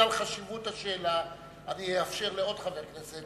בגלל חשיבות השאלה אני אאפשר לעוד חבר כנסת,